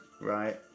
right